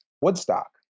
Woodstock